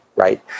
Right